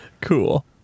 Cool